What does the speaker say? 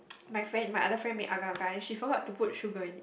my friend my other friend made agar-agar and she forgot to put sugar in it